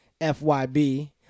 FYB